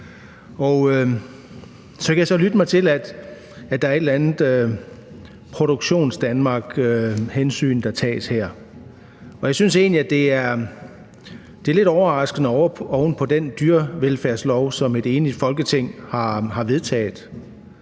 så kunnet lytte mig til, at der er et eller andet hensyn til Produktionsdanmark, der tages her, og jeg synes egentlig, at det er lidt overraskende oven på den dyrevelfærdslov, som et enigt Folketing har vedtaget.